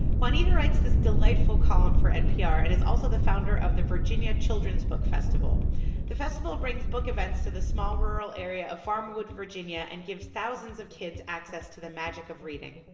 juanita writes this delightful column for npr and is also the founder of the virginia children's book festival the festival brings book events to the small rural area of farmwood, va, and gives thousands of kids access to the magic of reading.